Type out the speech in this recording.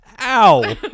ow